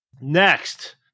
Next